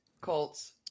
Colts